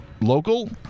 Local